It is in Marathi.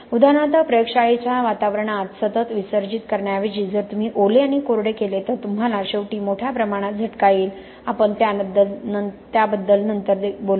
उदाहरणार्थ प्रयोगशाळेच्या वातावरणात सतत विसर्जित करण्याऐवजी जर तुम्ही ओले आणि कोरडे केले तर तुम्हाला शेवटी मोठ्या प्रमाणात झटका येईल आपण त्याबद्दल नंतर देखील बोलू